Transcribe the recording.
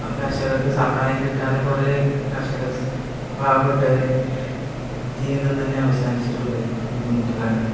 കർഷകർക്ക് സഹായം കിട്ടാതെ കുറേ കർഷകർ പാവപ്പെട്ടവർ ജീവിതം തന്നെ അവസാനിച്ചിട്ടുണ്ട് ബുദ്ധിമുട്ട് കാരണം